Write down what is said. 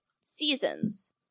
seasons